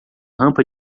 rampa